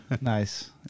Nice